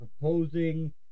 proposing